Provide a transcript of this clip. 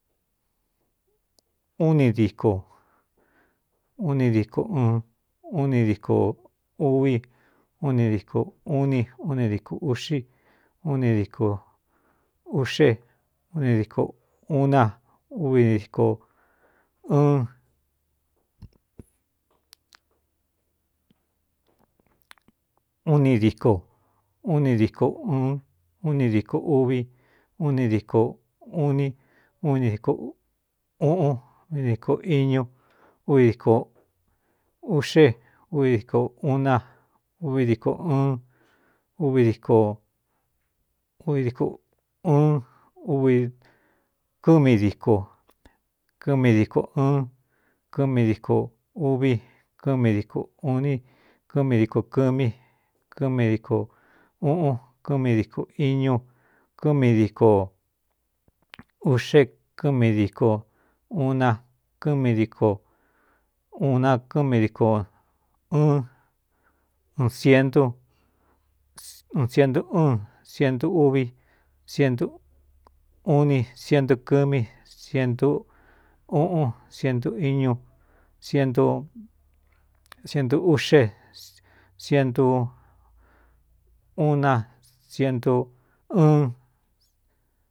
Uni díko uni diko ɨɨn uni diko uvi uni diko uni uni diko uꞌxi uni diko uꞌxe uni diko uu na uvdikɨuni díko uni díko ɨɨn uni diko uvi uni díko un u dk uꞌundiko iñu uvi diíko uꞌxe uvi díko uun na uvi diko ɨɨn vdkduɨn vkɨ́mi dikokɨmi diko ɨɨn kɨmi diko uví kɨ́mi diko ūni kɨmi diko kɨmí kɨmi díko uꞌun kɨ́mi diko iñu kɨmi diko uꞌxe kɨmi díko uu na kɨ dikuu nakɨ́m dikɨɨun sientu ɨɨn sientu úvi uni sientu kɨ́mí sientu uꞌun sientu iñu sientu uꞌxe ientu uu na ientuɨɨn.